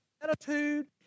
attitude